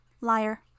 Liar